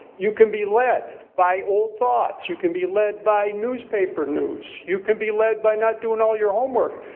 you can be led by old thoughts, you can be led by newspaper news, you can be led by not doing all your homework.